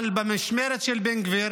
אבל במשמרת של בן גביר